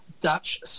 Dutch